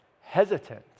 hesitant